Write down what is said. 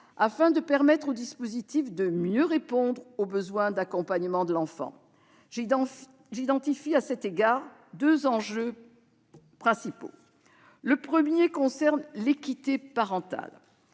afin de permettre au dispositif de mieux répondre aux besoins d'accompagnement de l'enfant. J'identifie, à cet égard, deux enjeux principaux. Le premier enjeu concerne l'équité parentale